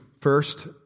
first